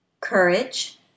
Courage